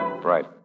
Right